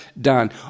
done